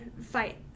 fight